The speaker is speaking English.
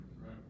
Right